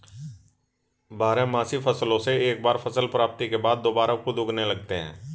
बारहमासी फसलों से एक बार फसल प्राप्ति के बाद दुबारा खुद उगने लगते हैं